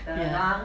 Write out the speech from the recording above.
ya